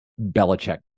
Belichick